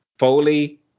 Foley